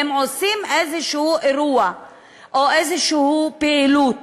אם עושים אירוע כלשהו או פעילות